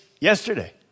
yesterday